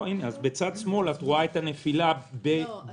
בצד שמאל את רואה את הנפילה במדינות.